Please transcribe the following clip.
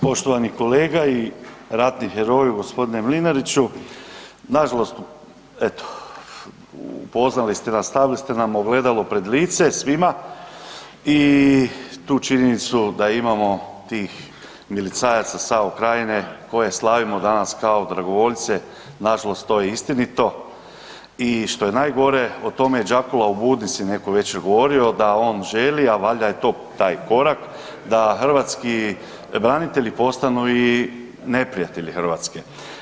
Poštovani kolega i ratni heroju g. Mlinariću, nažalost eto upoznali ste nas, stavili ste nam ogledalo pred lice svima i tu činjenicu da imamo tih milicajaca SAO Krajine koje slavimo danas kao dragovoljce, nažalost to je istinito i što je najgore o tome je Džakula u „Budnici“ neku večer govorio da on želi, a valjda je to taj korak, da hrvatski branitelji postanu i neprijatelji Hrvatske.